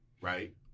right